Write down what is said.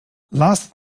last